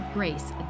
Grace